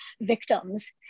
victims